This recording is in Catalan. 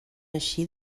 eixir